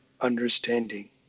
understanding